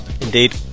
Indeed